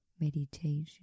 meditation